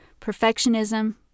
perfectionism